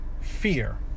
fear